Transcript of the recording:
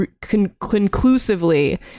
conclusively